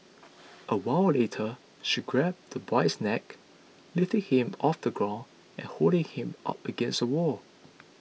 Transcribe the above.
a while later she grabbed the boy's neck lifting him off the ground and holding him up against the wall